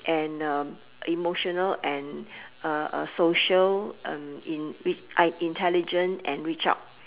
and um emotional and uh uh social um in re~ intelligent and reach out